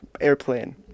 airplane